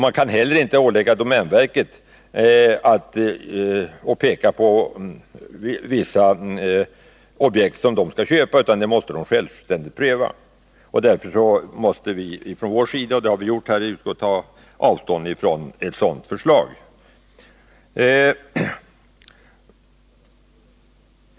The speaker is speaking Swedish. Man kan heller inte när det gäller domänverket peka på vissa delar som verket skall köpa, utan det måste verket självständigt pröva. Därför måste vi från vår sida — och det har vi gjort i utskottet — ta avstånd från ett sådant förslag.